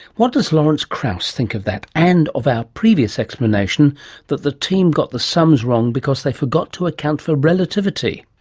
what does lawrence krauss think of that, and of our previous explanation that the team got the sums wrong because they forgot to account for relativity?